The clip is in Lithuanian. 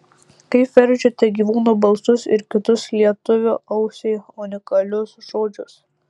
kaip verčiate gyvūnų balsus ir kitus lietuvio ausiai unikalius žodžius